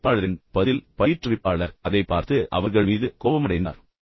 பயிற்றுவிப்பாளரின் பதில் பயிற்றுவிப்பாளர் அதைப் பார்த்து அவர்கள் மீது கோபமடைந்தார்